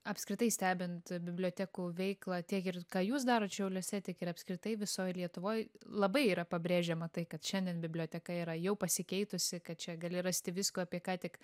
apskritai stebint bibliotekų veiklą tiek ir ką jūs darot šiauliuose tiek ir apskritai visoj lietuvoj labai yra pabrėžiama tai kad šiandien biblioteka yra jau pasikeitusi kad čia gali rasti visko apie ką tik